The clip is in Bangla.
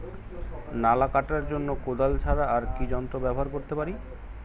নালা কাটার জন্য কোদাল ছাড়া আর কি যন্ত্র ব্যবহার করতে পারি?